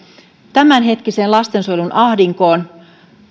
tämänhetkisestä lastensuojelun ahdingosta